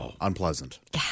unpleasant